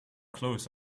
clothes